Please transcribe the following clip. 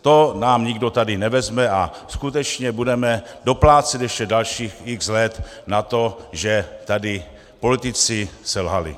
To nám nikdo tady nevezme a skutečně budeme doplácet ještě dalších x let na to, že tady politici selhali.